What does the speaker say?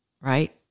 right